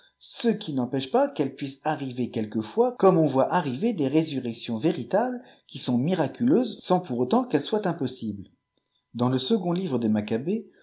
ce qui n'empêche pas xju'elîe ne puisse arriveî quelquefois comme on voit arriver des résurrections véritables qui sont miraculeuses sans pourtant qu'elles soient impossibles dans le secondtlivre des